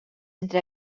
entre